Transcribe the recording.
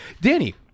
Danny